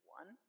one